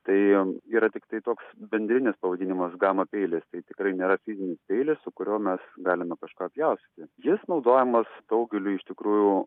tai jiem yra tiktai toks bendrinis pavadinimas gama peilis tai tikrai nėra fizinis peilis su kuriuo mes galima kažką pjaustyti jis naudojamas daugeliui iš tikrųjų